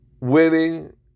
winning